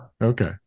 Okay